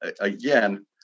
again